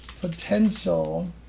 potential